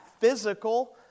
physical